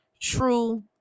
true